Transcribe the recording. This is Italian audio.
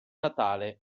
natale